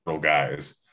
guys